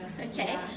okay